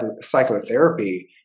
psychotherapy